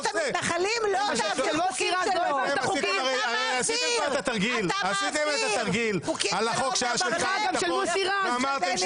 אתה מעביר חוקים של עמר בר לב וחוקים של בני גנץ.